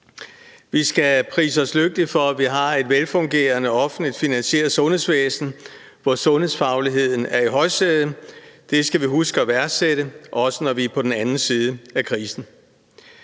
Vi skal prise os lykkelige for, at vi har et velfungerende offentligt finansieret sundhedsvæsen, hvor sundhedsfagligheden er i højsædet. Det skal vi huske at værdsætte, også når vi er på den anden side af krisen.